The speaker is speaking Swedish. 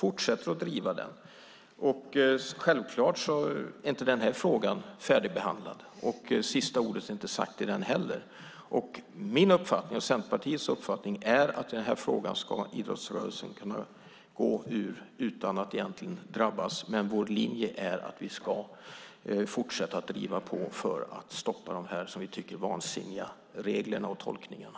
Vi fortsätter att driva den. Självklart är inte frågan färdigbehandlad och sista ordet är inte heller sagt. Min och Centerpartiets uppfattning är att idrottsrörelsen ska kunna gå ur den här frågan utan att egentligen drabbas. Vår linje är att vi ska fortsätta att driva på för att stoppa de här, som vi tycker, vansinniga reglerna och tolkningarna.